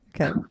Okay